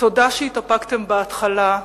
תודה שהתאפקתם בהתחלה,